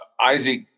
Isaac